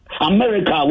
America